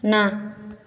ନା